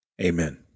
Amen